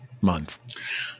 month